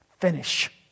Finish